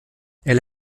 elle